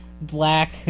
black